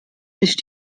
sich